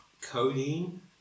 Codeine